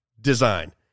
design